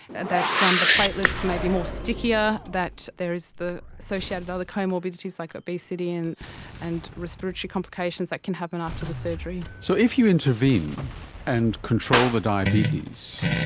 that the platelets may be more sticky, ah that there is the associated other comorbidities like obesity and and respiratory complications that can happen after the surgery. so if you intervene and control the diabetes,